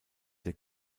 der